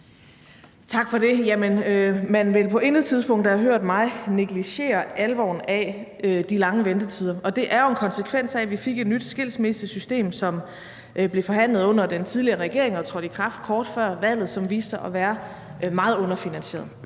Tak for det. Man vil på intet tidspunkt have hørt mig negligere alvoren af de lange ventetider. Det er jo en konsekvens af, at vi fik et nyt skilsmissesystem, som blev forhandlet under den tidligere regering og trådte i kraft kort før valget, og som viste sig at være meget underfinansieret.